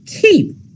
keep